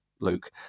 Luke